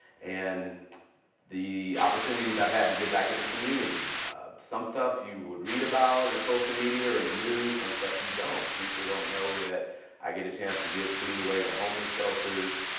and the opportunities i've had to give back in the community some stuff you would read about in social media or in the news. some stuff you don't. people don't know that i get a chance to give food away to homeless shelters.